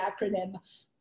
acronym